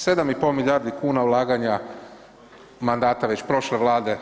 7,5 milijardi kuna ulaganja mandata već prošle Vlade